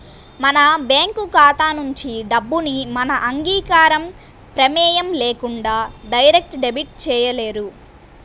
మన బ్యేంకు ఖాతా నుంచి డబ్బుని మన అంగీకారం, ప్రమేయం లేకుండా డైరెక్ట్ డెబిట్ చేయలేరు